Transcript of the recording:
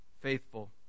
faithful